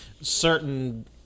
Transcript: certain